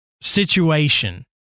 situation